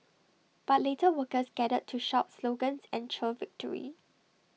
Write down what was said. but later workers gathered to shout slogans and cheer victory